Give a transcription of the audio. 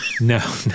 No